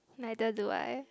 either do I